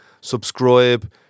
subscribe